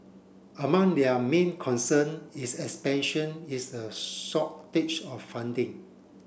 among their main concern is is a shortage of funding